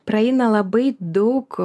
praeina labai daug